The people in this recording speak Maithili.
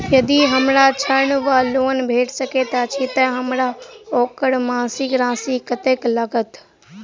यदि हमरा ऋण वा लोन भेट सकैत अछि तऽ हमरा ओकर मासिक राशि कत्तेक लागत?